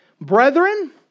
Brethren